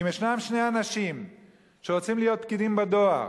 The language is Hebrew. אם ישנם שני אנשים שרוצים להיות פקידים בדואר,